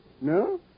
No